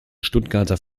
stuttgarter